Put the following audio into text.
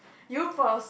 you first